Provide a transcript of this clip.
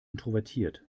introvertiert